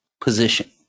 position